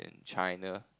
China